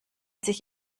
sich